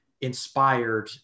inspired